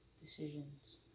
decisions